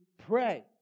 pray